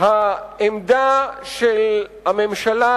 העמדה של הממשלה,